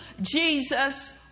Jesus